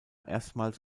erstmals